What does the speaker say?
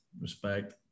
Respect